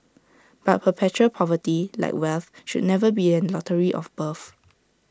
but perpetual poverty like wealth should never be A lottery of birth